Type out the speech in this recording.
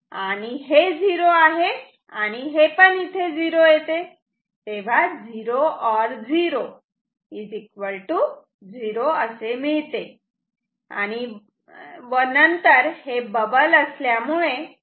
आणि हे 0 आहे आणि हे पण इथे 0 येते तेव्हा 0 ऑर 0 0 असे मिळते व नंतर हे बबल असल्यामुळे हे 1 होते